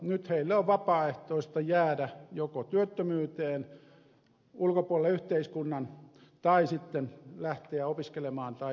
nyt heille on vapaaehtoista joko jäädä työttömyyteen ulkopuolelle yhteiskunnan tai sitten lähteä opiskelemaan tai töihin